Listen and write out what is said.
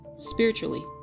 spiritually